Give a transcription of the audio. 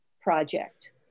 Project